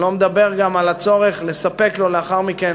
אני לא מדבר גם על הצורך לספק לו לאחר מכן